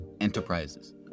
enterprises